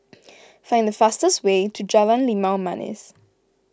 find the fastest way to Jalan Limau Manis